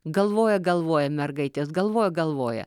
galvoja galvoja mergaitės galvoja galvoja